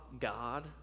God